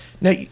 Now